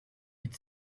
with